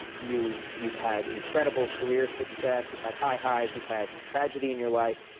you've you've had incredible career success, you've had high highs, you've had tragedy in your life,